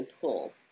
pull